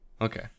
okay